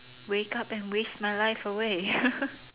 wake up and waste my life away